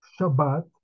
Shabbat